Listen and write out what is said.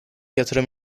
yatırım